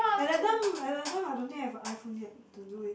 at that time at that time I don't think I have a iPhone yet to do it